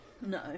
No